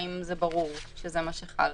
האם זה ברור שזה מה שחל,